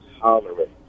tolerate